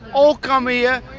all come here yeah